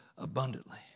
Abundantly